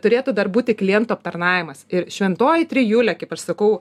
turėtų dar būti klientų aptarnavimas ir šventoji trijulė kaip aš sakau